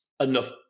enough